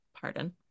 pardon